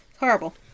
horrible